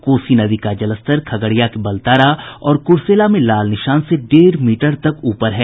कोसी नदी का जलस्तर खगड़िया के बलतारा और कुरसेला में लाल निशान से डेढ़ मीटर तक ऊपर है